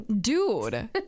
dude